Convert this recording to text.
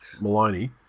Maloney